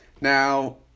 Now